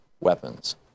weapons